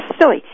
silly